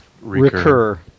Recur